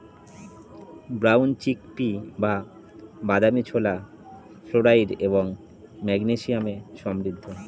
brown chickpea বা বাদামী ছোলা ফ্লোরাইড এবং ম্যাগনেসিয়ামে সমৃদ্ধ